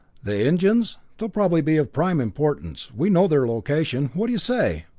the engines? they'll probably be of prime importance. we know their location. what do you say?